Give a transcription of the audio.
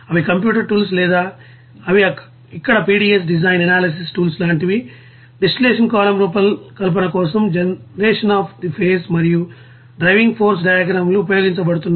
అవి computer tools లేదా అవి ఇక్కడ PDS డిజైన్ ఎనాలిసిస్ టూల్స్ లాంటివి డిస్టిల్లషన్ కాలమ్ రూపకల్పన కోసం జనరేషన్ అఫ్ ఫేజ్ మరియు డ్రైవింగ్ ఫోర్స్ డైయగ్రామ్ లు ఉపయోగించబడుతున్నాయి